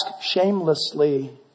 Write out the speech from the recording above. shamelessly